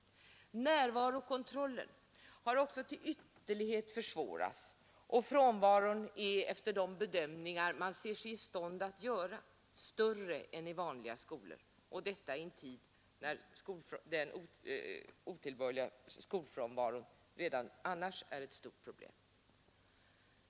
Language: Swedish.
Närvarokontrollen har också till ytterlighet försvårats, och frånvaron är efter de bedömningar man ser sig i stånd att göra större än i vanliga skolor, och detta i en tid när den otillbörliga skolfrånvaron redan annars är ett stort problem.